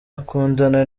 akundana